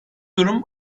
durum